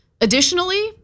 Additionally